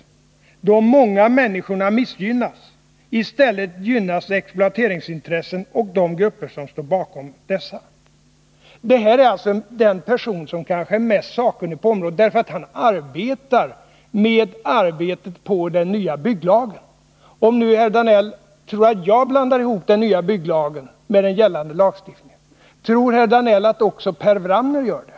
De många människorna missgynnas. I stället gynnas exploateringsintressen och de grupper som står bakom dessa.” Det här säger alltså den person som kanske är mest sakkunnig på området — han har hand om arbetet med den nya bygglagen. Om nu herr Danell tror att jag blandar ihop den nya bygglagen med gällande lagstiftning, tror herr Danell då också att Per Wramner gör det?